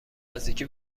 نزدیکی